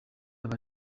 aba